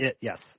Yes